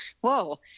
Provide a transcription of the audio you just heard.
Whoa